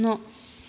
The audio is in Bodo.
न'